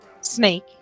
Snake